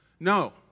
No